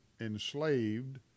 enslaved